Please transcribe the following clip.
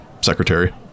secretary